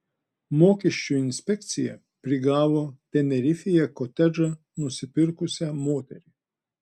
mokesčių inspekcija prigavo tenerifėje kotedžą nusipirkusią moterį